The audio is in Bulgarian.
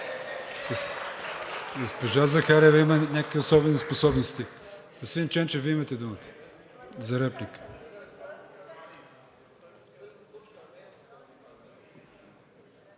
Госпожа Захариева има някакви особени способности. Господин Ченчев, Вие имате думата за реплика.